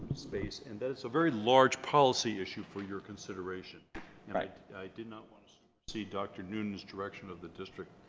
space and that's a very large policy issue for your consideration i did not want see dr. noonan's direction of the district.